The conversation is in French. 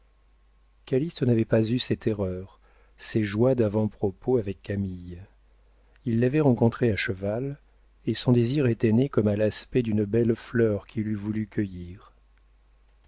calyste n'avait pas eu ces terreurs ces joies davant propos avec camille il l'avait rencontrée à cheval et son désir était né comme à l'aspect d'une belle fleur qu'il eût voulu cueillir